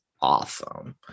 awesome